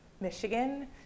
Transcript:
Michigan